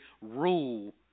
rule